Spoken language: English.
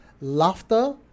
laughter